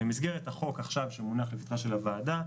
במסגרת החוק עכשיו שמונח לפתחה של הוועדה,